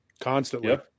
constantly